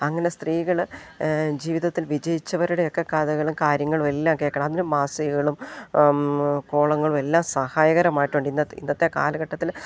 അങ്ങനെ സ്ത്രീകൾ ജീവിതത്തിൽ വിജയിച്ചവരുടെയൊക്കെ കഥകളും കാര്യങ്ങളും എല്ലാം കേൾക്കണം അതിന് മാസികകളും കോളങ്ങളും എല്ലാം സഹായകരമായിട്ടുണ്ട് ഇന്നത്തെ ഇന്നത്തെ കാലഘട്ടത്തിൽ